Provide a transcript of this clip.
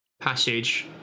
passage